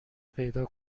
پیدا